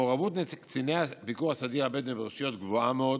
מעורבות קציני הביקור הסדיר הבדואים ברשויות גבוהה מאוד.